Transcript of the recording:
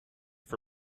for